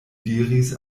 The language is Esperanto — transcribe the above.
diris